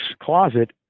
closet